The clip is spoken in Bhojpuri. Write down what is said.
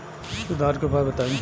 सुधार के उपाय बताई?